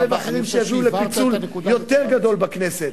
ואחרים שיביאו לפיצול יותר גדול בכנסת,